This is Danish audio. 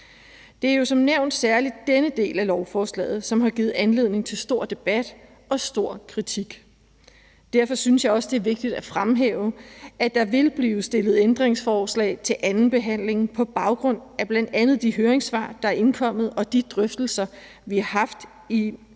Det er jo som nævnt særlig denne del af lovforslaget, som har givet anledning til stor debat og stor kritik. Derfor synes jeg også, det er vigtigt at fremhæve, at der vil blive stillet ændringsforslag til andenbehandlingen på baggrund af bl.a. de høringssvar, der er indkommet, og de drøftelser, vi har haft i